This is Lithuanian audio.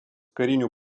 karinių